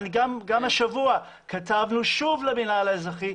גם השבוע כתבנו שוב למינהל האזרחי,